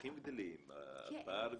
הצרכים גדלים, הפער גדל.